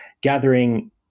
gathering